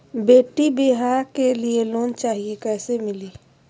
बेटी ब्याह के लिए लोन चाही, कैसे मिली?